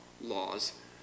laws